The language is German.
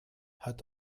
hat